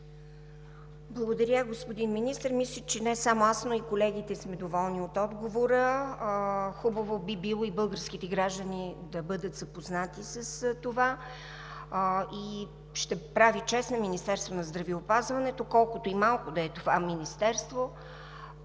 Благодаря, господин Министър. Мисля, че не само аз, но и колегите сме доволни от отговора. Хубаво би било и българските граждани да бъдат запознати с това и ще прави чест на Министерството на здравеопазването, колкото и малко да е това Министерство,